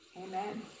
Amen